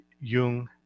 Jung